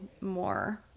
more